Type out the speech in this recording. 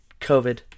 COVID